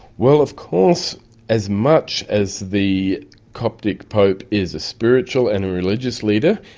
well of course as much as the coptic pope is a spiritual and a religious leader,